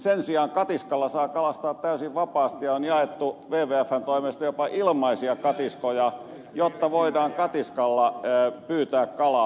sen sijaan katiskalla saa kalastaa täysin vapaasti ja on jaettu wwfn toimesta jopa ilmaisia katiskoja jotta voidaan katiskalla pyytää kalaa